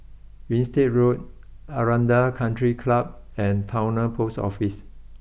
Winstedt Road Aranda country Club and Towner post Office